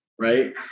right